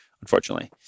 unfortunately